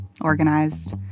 organized